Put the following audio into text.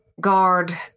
guard